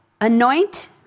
anoint